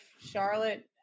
Charlotte